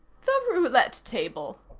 the roulette table,